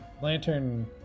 Lantern